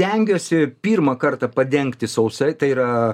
stengiuosi pirmą kartą padengti sausai tai yra